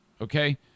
Okay